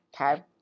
Okay